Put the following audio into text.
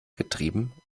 getrieben